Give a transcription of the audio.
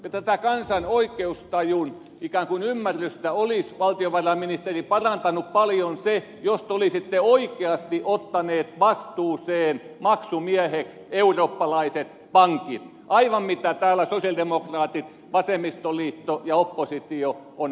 tätä kansan oikeustajun ikään kuin ymmärrystä olisi valtiovarainministeri parantanut paljon se jos te olisitte oikeasti ottaneet vastuuseen maksumieheksi eurooppalaiset pankit aivan kuin täällä sosialidemokraatit vasemmistoliitto ja oppositio ovat vaatineet